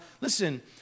Listen